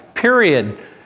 Period